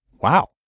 Wow